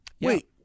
Wait